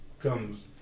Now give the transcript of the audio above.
Comes